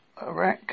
Iraq